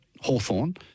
Hawthorne